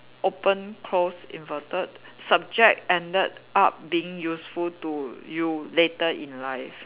open close inverted subject ended up being useful to you later in life